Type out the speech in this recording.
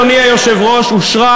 ההתנתקות, אדוני היושב-ראש, אושרה,